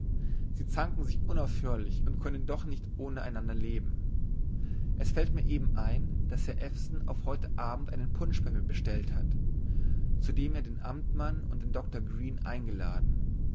sie zanken sich unaufhörlich und können doch nicht ohne einander leben es fällt mir eben ein daß herr ewson auf heute abend einen punsch bei mir bestellt hat zu dem er den amtmann und den doktor green eingeladen